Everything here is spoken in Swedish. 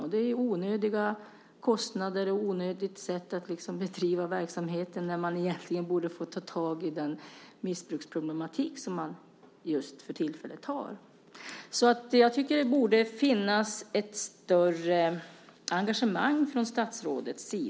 Det innebär onödiga kostnader, och det är ett onödigt sätt att bedriva verksamhet. Man borde i stället ta tag i de missbruksproblem som man har för tillfället. Jag tycker att det borde finnas ett större engagemang hos statsrådet.